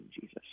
Jesus